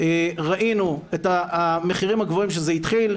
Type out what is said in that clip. ראינו את המחירים הגבוהים שזה התחיל,